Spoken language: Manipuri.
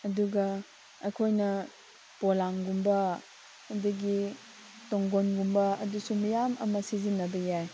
ꯑꯗꯨꯒ ꯑꯩꯈꯣꯏꯅ ꯄꯣꯂꯥꯡꯒꯨꯝꯕ ꯑꯗꯒꯤ ꯇꯨꯡꯒꯣꯟꯒꯨꯝꯕ ꯑꯗꯨꯁꯨ ꯃꯌꯥꯝ ꯑꯃ ꯁꯤꯖꯤꯟꯅꯕ ꯌꯥꯏ